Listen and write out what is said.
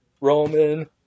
Roman